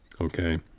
okay